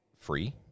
free